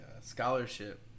scholarship